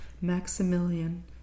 Maximilian